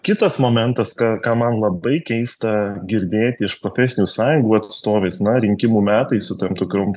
kitas momentas ką ką man labai keista girdėti iš profesinių sąjungų atstovės na rinkimų metai su tam tokiom